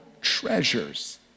treasures